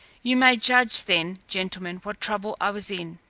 you may judge then, gentlemen, what trouble i was in,